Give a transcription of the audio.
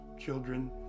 children